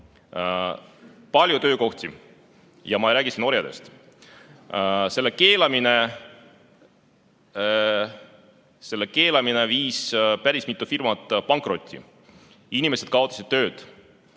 palju töökohti ja ma ei räägi siin orjadest. Selle keelamine viis päris mitu firmat pankrotti, inimesed kaotasid töö.